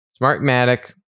Smartmatic